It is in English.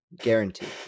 guaranteed